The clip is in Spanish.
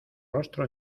rostro